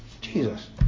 Jesus